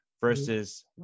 versus